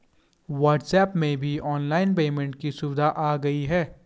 WhatsApp में भी online payment की सुविधा आ गई है